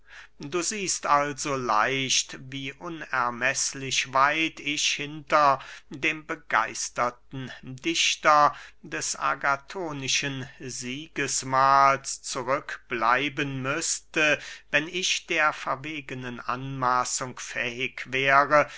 du siehst also leicht wie unermeßlich weit ich hinter dem begeisterten dichter des agathonischen siegesmahls zurückbleiben müßte wenn ich der verwegenen anmaßung fähig wäre